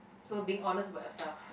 so being honest about yourself